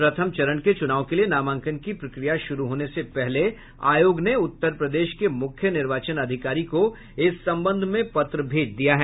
प्रथम चरण के चुनाव के लिए नामांकन की प्रक्रिया शुरू होने से पहले आयोग ने उत्तर प्रदेश के मुख्य निर्वाचन अधिकारी को इस संबंध में पत्र भेज दिया है